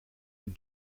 een